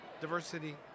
diversity